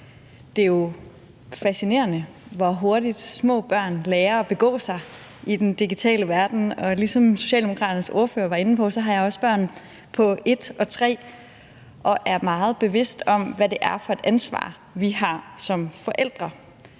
Det er jo fascinerende, hvor hurtigt små børn lærer at begå sig i den digitale verden, og ligesom Socialdemokraternes ordfører var inde på, har jeg også børn – på 1 og 3 år – og jeg er meget bevidst om, hvad det er for et ansvar, vi har som forældre.